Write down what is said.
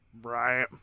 Right